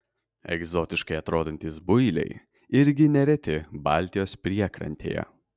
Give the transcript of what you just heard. egzotiškai atrodantys builiai irgi nereti baltijos priekrantėje